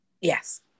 Yes